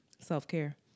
Self-care